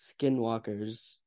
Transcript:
skinwalkers